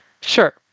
Sure